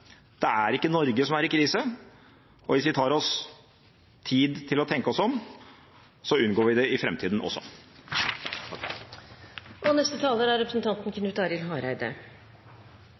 Det kan dessverre ikke Miljøpartiet De Grønne støtte. Det er ikke Norge som er i krise. Hvis vi tar oss tid til å tenke oss om, unngår vi det i framtida også.